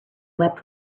wept